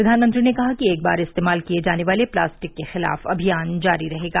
प्रधानमंत्री ने कहा कि एक बार इस्तेमाल किए जाने वाले प्लास्टिक के खिलाफ अभियान जारी रहेगा